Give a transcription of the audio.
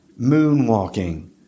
moonwalking